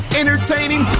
entertaining